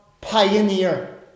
pioneer